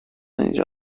اینجا